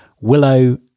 Willow